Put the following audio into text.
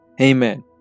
Amen